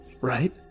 right